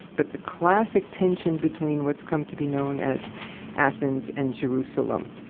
but the classic tension between what's come to be known as athens and jerusalem.